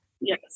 Yes